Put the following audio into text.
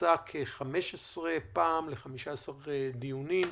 התכנסה כ-15 פעם ל-15 דיונים,